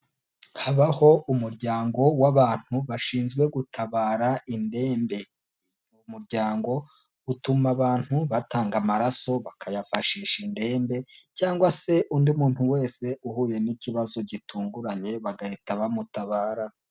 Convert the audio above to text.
Habaho umuryango w'abantu bashinzwe gutabara indembe, uwo muryango utuma abantu batanga amaraso bakayafashisha indembe, cyangwa se undi muntu wese uhuye n'ikibazo gitunguranye, bagahita bamutabara.